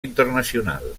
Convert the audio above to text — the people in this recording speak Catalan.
internacional